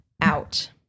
out